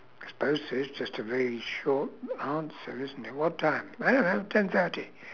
I suppose it's just a very short answer isn't it what time I don't know ten thirty